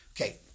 okay